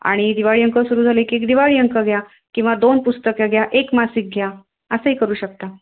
आणि दिवाळी अंक सुरू झाले की एक दिवाळी अंक घ्या किंवा दोन पुस्तकं घ्या एक मासिक घ्या असंही करू शकता